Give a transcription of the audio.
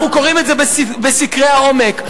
אנחנו קוראים את זה בסקרי העומק.